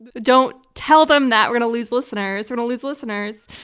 don't tell them that, we're gonna lose listeners, we're gonna lose listeners!